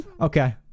Okay